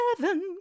heaven